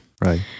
Right